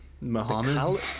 muhammad